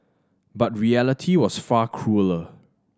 but reality was far crueller